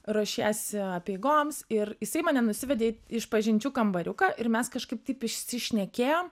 ruošiesi apeigoms ir jisai mane nusivedė į išpažinčių kambariuką ir mes kažkaip taip išsišnekėjom